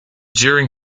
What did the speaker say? during